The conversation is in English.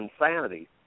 insanity